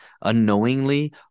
unknowingly